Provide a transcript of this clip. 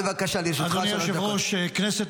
בבקשה, לרשותך שלוש דקות.